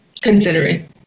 considering